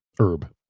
Herb